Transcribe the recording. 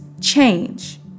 change